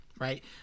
right